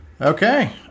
Okay